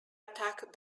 attack